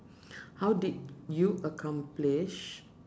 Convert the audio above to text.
how did you accomplish